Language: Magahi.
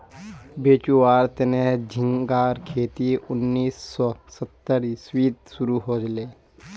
बेचुवार तने झिंगार खेती उन्नीस सौ सत्तर इसवीत शुरू हले